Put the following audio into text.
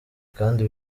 kandi